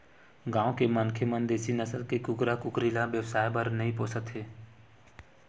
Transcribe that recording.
गाँव के मनखे मन देसी नसल के कुकरा कुकरी ल बेवसाय बर नइ पोसत हे